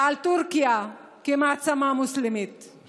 שלחנוךָ להביא הדרכה ורחמים על שוכני העולמים.) תסתכלו על המשוואה הזאת.